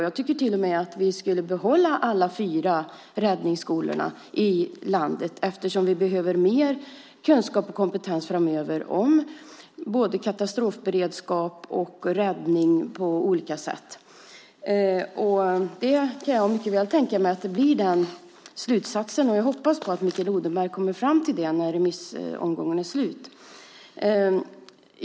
Jag tycker till och med att vi ska behålla alla fyra räddningsskolorna i landet eftersom vi behöver mer kunskap och kompetens framöver om både katastrofberedskap och räddning på olika sätt. Jag kan mycket väl tänka mig att det blir den slutsatsen. Jag hoppas att Mikael Odenberg kommer fram till det när remissomgången är slut.